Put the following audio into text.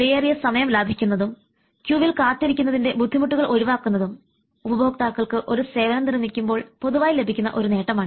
വിലയേറിയ സമയം ലഭിക്കുന്നതും ക്യൂവിൽ കാത്തിരിക്കുന്നതിൻറെ ബുദ്ധിമുട്ടുകൾ ഒഴിവാക്കുന്നതും ഉപഭോക്താക്കൾക്ക് ഒരു സേവനം നിർമ്മിക്കുമ്പോൾ പൊതുവായി ലഭിക്കുന്ന ഒരു നേട്ടമാണ്